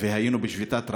והיינו בשביתת רעב,